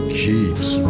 keeps